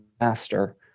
master